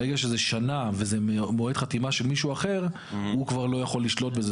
ברגע שזה שנה וזה מועד חתימה של מישהו אחר הוא כבר לא יכול לשלוט בזה,